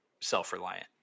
self-reliant